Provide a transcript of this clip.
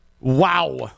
wow